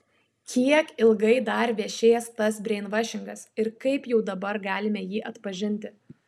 kiek ilgai dar vešės tas breinvašingas ir kaip jau dabar galime jį atpažinti